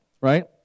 right